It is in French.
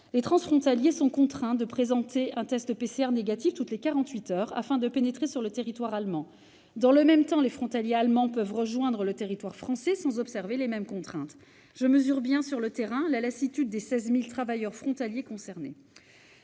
les transfrontaliers sont contraints de présenter un test PCR négatif toutes les quarante-huit heures afin de pénétrer sur le territoire allemand. Dans le même temps, les frontaliers allemands peuvent rejoindre le territoire français sans observer les mêmes contraintes. Je mesure bien, sur le terrain, la lassitude des 16 000 travailleurs frontaliers concernés.